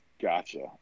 Gotcha